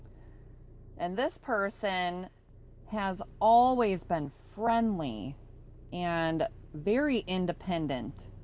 and this person has always been friendly and very independent.